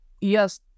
yes